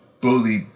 bully